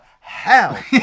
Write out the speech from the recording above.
hell